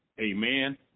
Amen